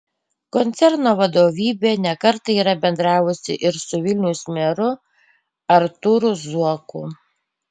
koncerno vadovybė ne kartą yra bendravusi ir su vilniaus meru artūru zuoku